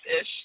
ish